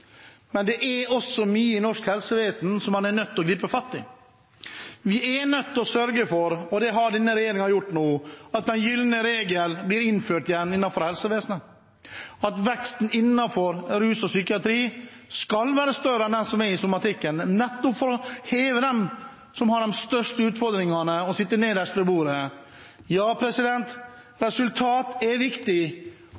men det er også mye i norsk helsevesen som man er nødt til å gripe fatt i. Vi er nødt til å sørge for, og det har denne regjeringen nå gjort, at den gylne regel blir gjeninnført innenfor helsevesenet: at veksten innenfor rus og psykiatri skal være større enn veksten innenfor somatikken, nettopp for å heve dem som har de største utfordringene, og som sitter nederst ved bordet. Ja,